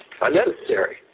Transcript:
unnecessary